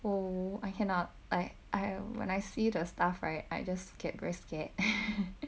oh I cannot I I when I see the stuff right I just get very scared